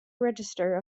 register